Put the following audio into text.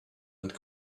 and